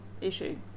issue